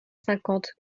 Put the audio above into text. cinquante